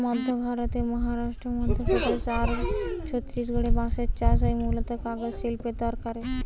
মধ্য ভারতের মহারাষ্ট্র, মধ্যপ্রদেশ আর ছত্তিশগড়ে বাঁশের চাষ হয় মূলতঃ কাগজ শিল্পের দরকারে